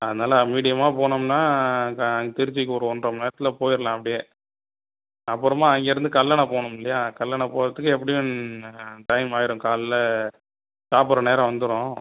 அதனால் மீடியமாக போனோம்னா அங்கே திருச்சிக்கு ஒரு ஒன்றை மணி நேரத்தில் போயிடலாம் அப்படியே அப்புறமா அங்கேயிருந்து கல்லணை போகணும் இல்லையா கல்லணை போகிறத்துக்கு எப்படியும் டைம் ஆகிரும் காலைல சாப்புட்ற நேரம் வந்துடும்